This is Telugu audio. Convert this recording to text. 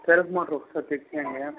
సెల్ఫ్ మోటార్ ఒకసారి చెక్ చేయండి